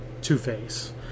Two-Face